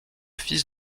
fils